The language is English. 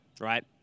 right